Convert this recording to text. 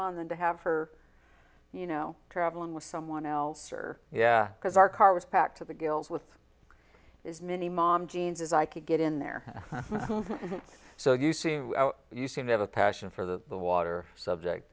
on than to have her you know travelling with someone else or yeah because our car was packed to the gills with is mini mom jeans as i could get in there so you see you seem to have a passion for the the water subject